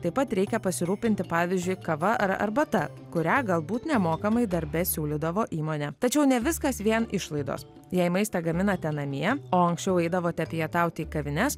taip pat reikia pasirūpinti pavyzdžiui kava ar arbata kurią galbūt nemokamai darbe siūlydavo įmonė tačiau ne viskas vien išlaidos jei maistą gaminate namie o anksčiau eidavote pietauti į kavines